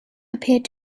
appeared